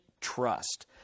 trust